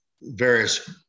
various